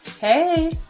Hey